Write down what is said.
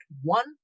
one